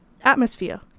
Atmosphere